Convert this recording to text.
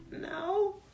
No